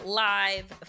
live